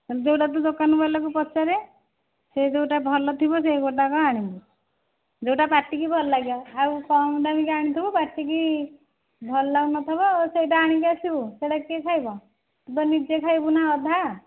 ଯେଉଁଟା ତୁ ଦୋକାନବାଲାକୁ ପଚାରେ ସେ ଯେଉଁଟା ଭଲ ଥିବ ସେ ଗୋଟାକ ଆଣିବୁ ଯେଉଁଟା ପାଟିକୁ ଭଲ ଲାଗିବ ଆଉ କମ୍ ଦାମିକିଆ ଆଣିଥିବୁ ପାଟିକୁ ଭଲ ଲାଗୁନଥିବ ସେଇଟା ଆଣିକି ଆସିବୁ ସେଇଟା କିଏ ଖାଇବ ତୁ ତ ନିଜେ ଖାଇବୁନା ଅଧା